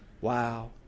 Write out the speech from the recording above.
Wow